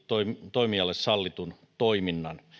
toimijalle sallitun toiminnan